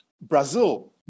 Brazil